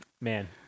man